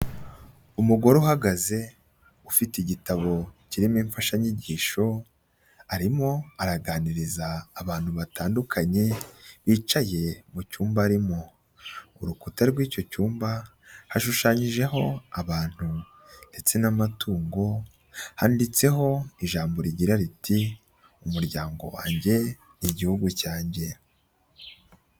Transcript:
Umugore uhagaze ufite igitabo kirimo imfashanyigisho, arimo araganiriza abantu batandukanye bicaye mu cyumba arimo, urukuta rw'icyo cyumba hashushanyijeho abantu ndetse n'amatungo, handitseho ijambo rigira riti umuryango wanjye igihugu cyange.